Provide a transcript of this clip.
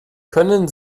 können